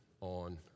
on